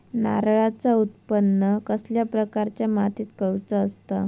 नारळाचा उत्त्पन कसल्या प्रकारच्या मातीत करूचा असता?